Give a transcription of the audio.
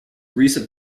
recent